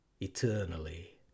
eternally